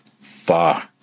far